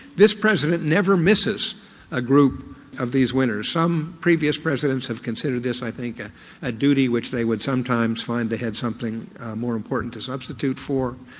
this president never misses a group of these winners. some previous presidents have considered this i think ah a duty which they would sometimes find they had something more important to substitute for,